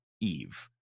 Eve